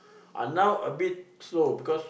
ah now a bit slow because